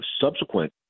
subsequent